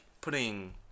putting